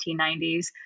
1990s